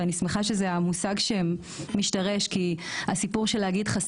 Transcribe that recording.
ואני שמחה שזה מושג שהשתרש כי להגיד את